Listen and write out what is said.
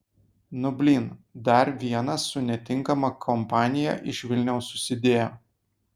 nu blyn dar vienas su netinkama kompanija iš vilniaus susidėjo